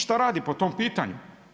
Šta radi po tom pitanju?